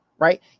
Right